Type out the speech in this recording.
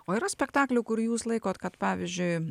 o yra spektaklių kur jūs laikot kad pavyzdžiui